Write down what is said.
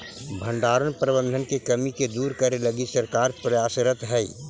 भण्डारण प्रबंधन के कमी के दूर करे लगी सरकार प्रयासतर हइ